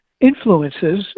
influences